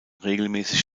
regelmäßig